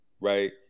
right